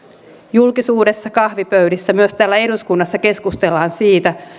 julkisuudessa kahvipöydissä myös täällä eduskunnassa keskustellaan siitä